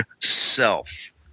self